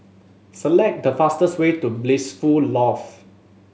select the fastest way to Blissful Loft